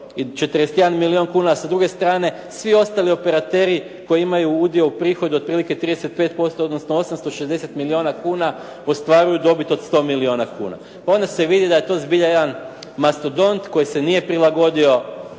241 milijun kuna s druge strane svi ostali operateri koji imaju udio u prihod otprilike 35% odnosno 860 milijuna kuna ostvaruju dobit od 100 milijuna kuna. Pa onda se vidi da je to zbilja jedan mastodont koji se nije prilagodio